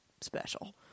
special